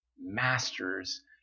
masters